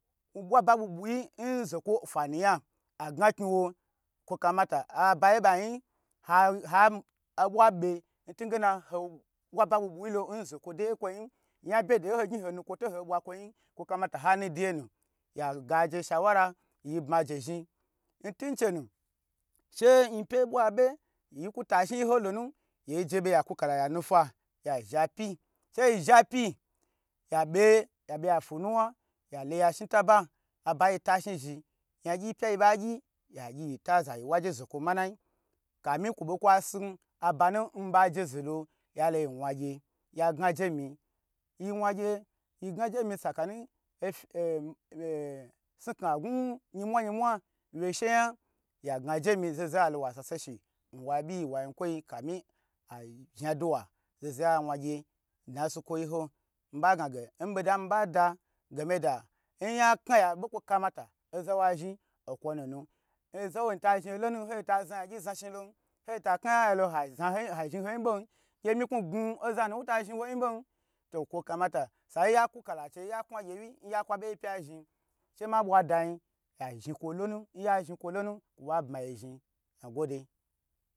N bwa ba bwi bwi yi nzokwo fanuyan agna kni wo kwo kamata aba yi ba yi ha abwa be ntungona ho bwa ba bwi bwi yi lo n zokwo de yi kwo yi yan bye de ye ho gni honu kwo to ho bwa kwo yin kwo kamata hanu deye nu ya ga je shawara yi bma je zhni ntunchenu she yipye yi bwa be yiku tashni yi ho nu ye je be ya kuka yanu fa ya zhe pyi she yi zha pyi ya be ya funwa ya lowa shni ta ba aba yi bata shni zhni yan gyi pya yi ba gyi yagyi yi taza yiwa je zokwo manayi kafin kwo be kwa sin aba mi ba je ze lo yalo yi wan gye ya gna je mi yi wan gyi yi gna ji mi sakani haf ha sni kna gna yinmwa yima wye sheyan ya gna je mi zozo yi lowa sase she nwa bye nwo yi kwoyi nkama zha dowa zo zo yi wan gye dna su kwo yi ho mi ba gna nboda miba da geme da nya kna ya bo komata oza wa zhni okwo nunu ozawoi ta zhni lo lonu wota zha yan gyi za shin lon hoi ta kna yan ya lo gye miku gnu ozanu nwo ta zhni woyin bon to kwo kamata sa ya kwu kala cheyi saya kwa gewi nya kwa be yi pya zhni she ma bwa da yi zhni kwo lonu nya zhni kwo lonu kwo ba bma yi zhni magwode.